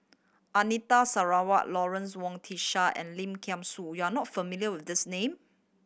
Anita Sarawak Lawrence Wong Shyun Tsai and Lim Kay Siu you are not familiar with these name